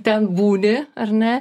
ten būni ar ne